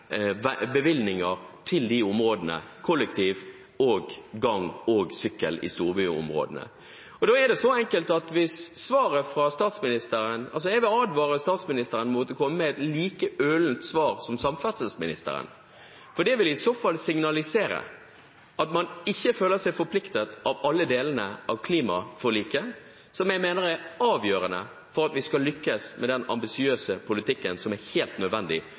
bevilgninger til disse områdene: kollektiv og gange og sykkel i storbyområdene. Jeg vil advare statsministeren mot å komme med et like ullent svar som samferdselsministeren. Det vil i så fall signalisere at man ikke føler seg forpliktet av alle delene av klimaforliket, som jeg mener er avgjørende for at vi skal lykkes med den ambisiøse politikken som er helt nødvendig